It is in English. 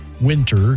winter